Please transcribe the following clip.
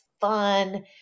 fun